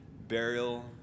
burial